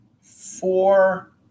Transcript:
four